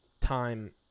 time